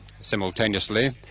Simultaneously